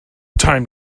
time